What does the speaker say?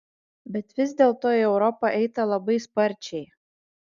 bet vis dėlto į europą eita labai sparčiai